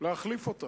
להחליף אותה.